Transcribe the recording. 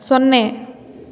ಸೊನ್ನೆ